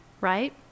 right